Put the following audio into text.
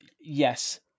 Yes